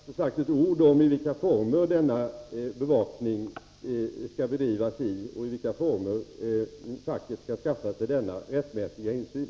Herr talman! Jag har inte sagt ett ord om i vilka former denna bevakning skall bedrivas och i vilka former facket skall skaffa denna rättmätiga insyn.